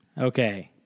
Okay